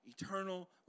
eternal